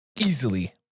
easily